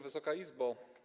Wysoka Izbo!